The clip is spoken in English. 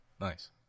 nice